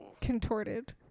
contorted